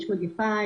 יש מגפה,